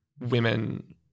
women